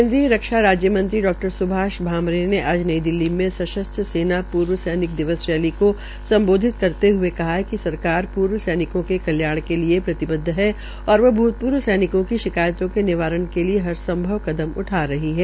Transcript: केन्द्रीय रक्षा राज्य मंत्री डा स्भाष भामरे ने आज नई दिल्ली में सशस्त्र सेना के भूतपूर्व सैनिक दिवस रैली को सम्बोधित करते हये कहा कि सरकार भूतपूर्व सैनिकों के कल्याण के लिये प्रतिबद्ध है और वो भूतपूर्व सैनिकों की शिकायतों के निवारण के लिये हर संभव कदम उठा रही है